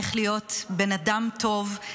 איך להיות בן אדם טוב,